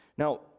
Now